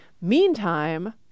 meantime